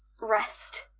rest